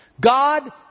God